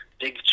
big